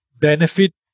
benefit